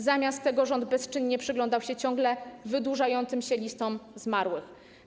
Zamiast tego rząd bezczynnie przyglądał się ciągle wydłużającym się listom zmarłych.